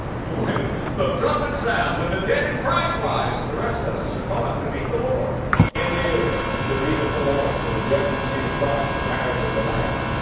when but the trumpet sounds and the dead in christ rise and the rest of us are caught up to meet the lord in the air to be with the lord for the judgment seat of christ, the marriage of the lamb.